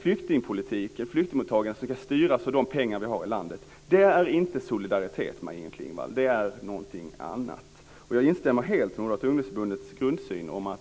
Flyktingpolitiken, flyktingmottagandet, ska alltså styras av de pengar som vi har i landet. Det är inte solidaritet, Maj-Inger Klingvall. Det är någonting annat. Jag instämmer helt i Moderata ungdomsförbundets grundsyn, nämligen